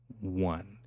one